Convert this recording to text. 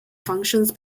functions